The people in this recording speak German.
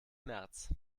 märz